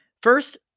First